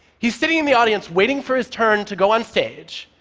he's sitting in the audience waiting for his turn to go onstage,